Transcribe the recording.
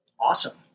awesome